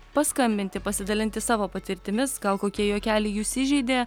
paskambinti pasidalinti savo patirtimis gal kokie juokeliai jus įžeidė